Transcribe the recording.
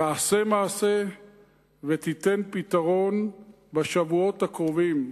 תעשה מעשה ותיתן פתרון בשבועות הקרובים.